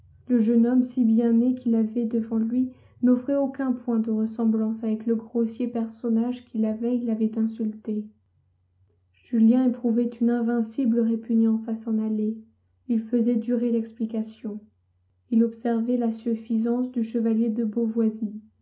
le jeune homme si bien né qu'il avait devant lui n'offrait aucun point de ressemblance avec le grossier personnage qui la veille l'avait insulté julien éprouvait une invincible répugnance à s'en aller il faisait durer l'explication il observait la suffisance du chevalier de beauvoisis